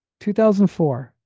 2004